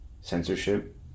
censorship